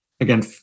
again